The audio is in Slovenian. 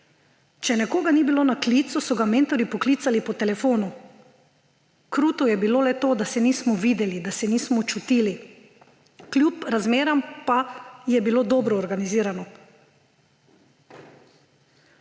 Če nekoga ni bilo na klicu, so ga mentorji poklicali po telefonu. Kruto je bilo le to, da se nismo videli, da se nismo čutili. Kljub razmeram pa je bilo dobro organizirano.«